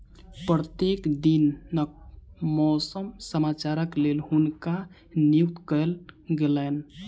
प्रत्येक दिनक मौसम समाचारक लेल हुनका नियुक्त कयल गेलैन